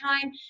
time